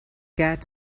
cat